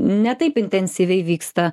ne taip intensyviai vyksta